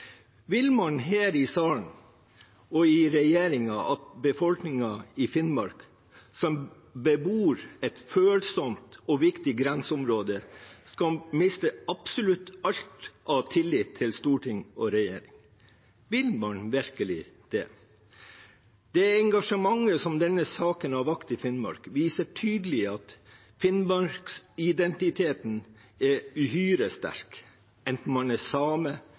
Vil man her i salen og i regjeringen at befolkningen i Finnmark, som bebor et følsomt og viktig grenseområde, skal miste absolutt alt av tillit til storting og regjering? Vil man virkelig det? Det engasjementet som denne saken har vakt i Finnmark, viser tydelig at Finnmarks-identiteten er uhyre sterk, enten man er same,